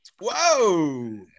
whoa